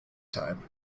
time